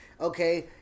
Okay